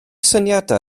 syniadau